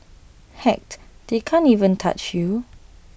heck they can't even touch you